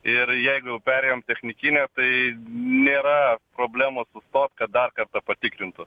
ir jeigu jau perėjom technikinę tai nėra problemos tos kad dar kartą patikrintų